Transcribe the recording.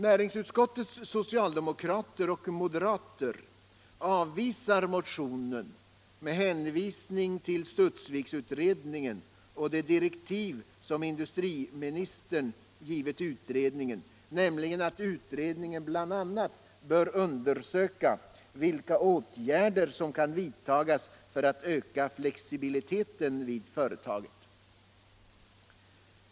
Näringsutskottets socialdemokrater och moderater avvisar motionen med hänvisning till Studsviksutredningen och de direktiv som industriministern givit utredningen, nämligen att utredningen bl.a. bör undersöka vilka åtgärder som kan vidtas för att öka flexibiliteten vid företaget.